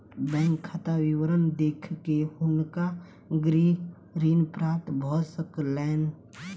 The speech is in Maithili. बैंक खाता विवरण देख के हुनका गृह ऋण प्राप्त भ सकलैन